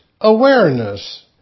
awareness